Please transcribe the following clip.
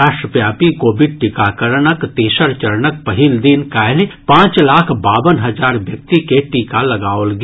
राष्ट्रव्यापी कोविड टीकाकरणक तेसर चरणक पहिल दिन काल्हि पांच लाख बावन हजार व्यक्ति के टीका लगाओल गेल